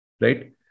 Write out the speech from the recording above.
Right